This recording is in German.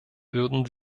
würden